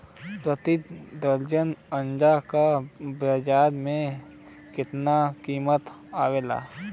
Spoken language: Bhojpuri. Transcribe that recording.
प्रति दर्जन अंडा के बाजार मे कितना कीमत आवेला?